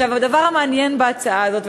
הדבר המעניין בהצעה הזאת,